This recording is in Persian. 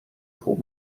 خوب